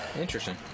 Interesting